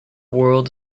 world